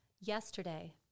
Yesterday